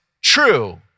true